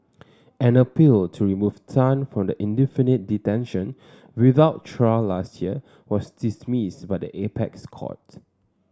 an appeal to remove Tan from the indefinite detention without trial last year was dismissed by the apex court